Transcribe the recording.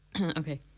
Okay